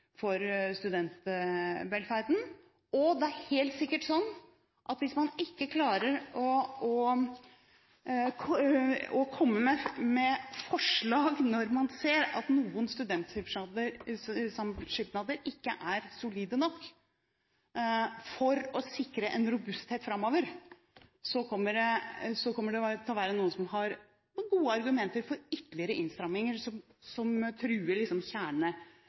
for studentvelferden. Og det er helt sikkert slik at hvis man ikke klarer å komme med forslag når man ser at noen studentsamskipnader ikke er solide nok til å sikre en robusthet framover, kommer det til å være noen som har noen gode argumenter for ytterligere innstramminger, som truer